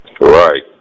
Right